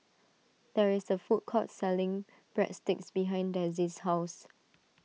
there is a food court selling Breadsticks behind Dezzie's house